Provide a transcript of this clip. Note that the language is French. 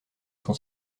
son